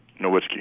Nowitzki